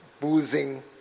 boozing